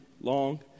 long